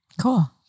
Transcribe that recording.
Cool